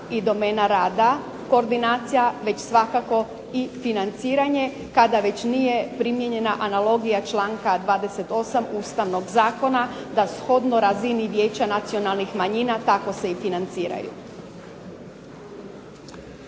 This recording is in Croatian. i domena rada koordinacija, već svakako i financiranje kada već nije primijenjena analogija članka 28. ustavnog zakona, da shodno razini Vijeća nacionalnih manjina tako se i financiraju.